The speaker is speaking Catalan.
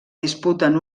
disputen